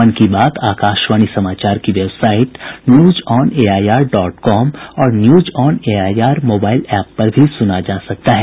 मन की बात आकाशवाणी समाचार की वेबसाइट न्यूजऑनएआईआर डॉट कॉम और न्यूजऑनएआईआर मोबाईल एप पर भी सुना जा सकता है